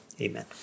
amen